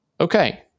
Okay